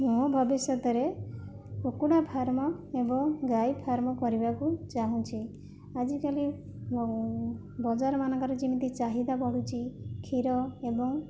ମୁଁ ଭବିଷ୍ୟତରେ କୁକୁଡ଼ା ଫାର୍ମ ଏବଂ ଗାଈ ଫାର୍ମ କରିବାକୁ ଚାହୁଁଛି ଆଜିକାଲି ବଜାର ମାନଙ୍କରେ ଯେମିତି ଚାହିଦା ବଢ଼ୁଛି କ୍ଷୀର ଏବଂ